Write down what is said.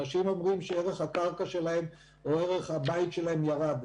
אנשים אומרים שערך הקרקע שלהם או ערך הבית שלהם ירד.